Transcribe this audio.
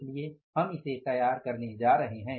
इसलिए हम इसे तैयार करने जा रहे हैं